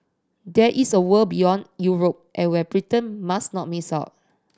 there is a world beyond Europe and where Britain must not miss out